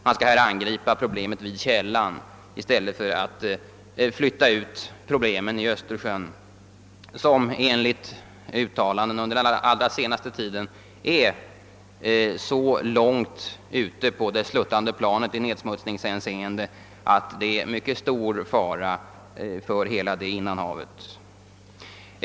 Man skall angripa problemen vid källan i stället för att flytta ut dem i Östersjön, som enligt uttalanden under den allra, senaste tiden befinner sig så långt ute på det sluttande planet i nedsmutsningshänseende att det är mycket stor fara för hela detta innanhav.